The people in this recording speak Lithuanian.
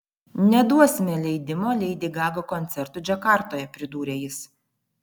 neduosime leidimo leidi gaga koncertui džakartoje pridūrė jis